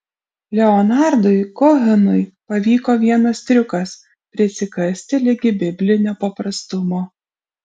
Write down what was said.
leonardui kohenui pavyko vienas triukas prisikasti ligi biblinio paprastumo